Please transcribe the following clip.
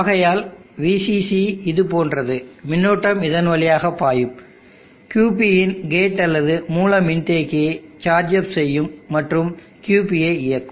ஆகையால் VCC இது போன்றது மின்னோட்டம் இதன் வழியாக பாயும் QP இன் கேட் அல்லது மூல மின்தேக்கியை சார்ஜ் அப் செய்யும் மற்றும் QP ஐ இயக்கும்